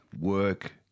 work